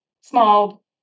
small